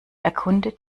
erkunde